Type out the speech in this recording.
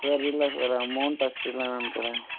sir ಇಲ್ಲ sir amount ಅಷ್ಟು ಇಲ್ಲ ನನ್ನ ಕಡೆ